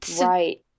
Right